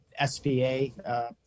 SBA